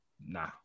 Nah